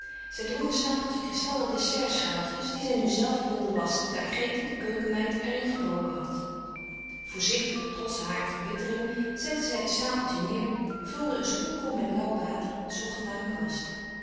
droeg een stapeltje kristallen dessertschaaltjes die zij nu zelve wilde wasschen daar grete de keukenmeid er een gebroken had voorzichtig trots hare verbittering zette zij het stapeltje neêr vulde een spoelkom met lauw water zocht naar een kwast